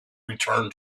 return